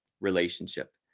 relationship